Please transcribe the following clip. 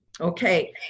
Okay